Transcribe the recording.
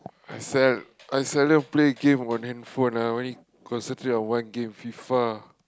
I sel~ I seldom play game on handphone ah only concentrate on one game Fifa